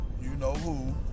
you-know-who